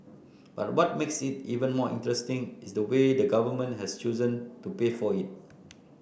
but what makes it even more interesting is the way the Government has chosen to pay for it